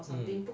mm